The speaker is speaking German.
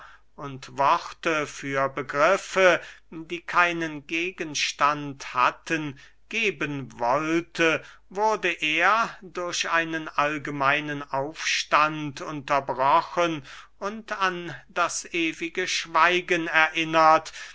und worte für begriffe die keinen gegenstand hatten geben wollte wurde er durch einen allgemeinen aufstand unterbrochen und an das ewige schweigen erinnert